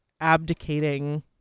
abdicating